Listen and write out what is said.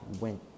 went